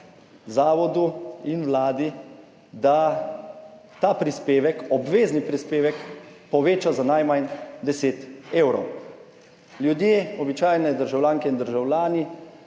zavodu in Vladi, da ta prispevek, obvezni prispevek poveča za najmanj 10 evrov. Ljudje, običajne državljanke in državljani